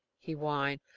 he whined,